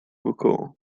wokoło